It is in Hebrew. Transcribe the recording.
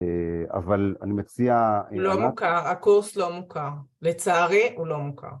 אבל אני מציע... -לא מוכר, הקורס לא מוכר. לצערי - הוא לא מוכר.